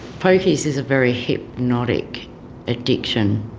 pokies is a very hypnotic addiction.